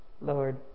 Lord